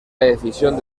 decisión